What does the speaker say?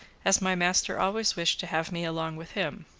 as my master always wished to have me along with him.